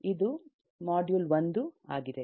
ಇದು ಮಾಡ್ಯೂಲ್ 1 ಆಗಿದೆ